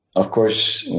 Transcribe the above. of course,